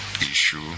issue